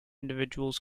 individuals